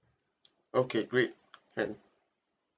okay great and